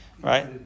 Right